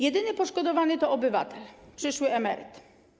Jedyny poszkodowany to obywatel, przyszły emeryt.